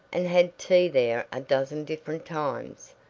and had tea there a dozen different times,